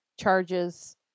charges